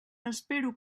espero